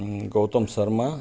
Gautam Sharma